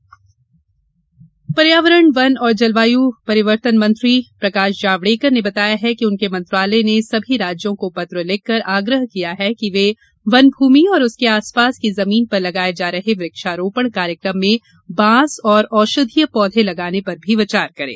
जावडेकर वन पर्यावरण वन और जलवायु परिवर्तन मंत्री प्रकाश जावड़ेकर ने बताया है कि उनके मंत्रालय ने सभी राज्यों को पत्र लिखकर आग्रह किया है कि वे वन भूमि और उसके आसपास की जमीन पर चलाए जा रहे वृक्षारोपण कार्यक्रम में बांस और औषधीय पौधे लगाने पर भी विचार करें